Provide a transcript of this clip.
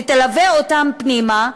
ותלווה אותם פנימה,